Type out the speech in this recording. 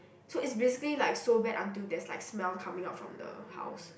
so it's basically like so bad until there's like smell coming out from the house